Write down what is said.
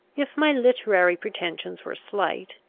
if my literary pretensions were slight,